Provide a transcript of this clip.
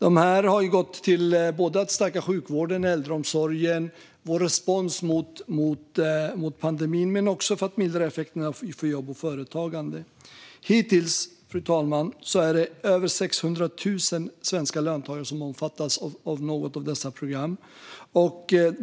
Dessa pengar har gått till att stärka sjukvården och äldreomsorgen - vår respons mot pandemin - men också till att mildra effekterna för jobb och företagande. Fru talman! Hittills är det över 600 000 svenska löntagare som omfattas av något av dessa program.